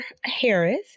Harris